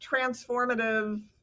transformative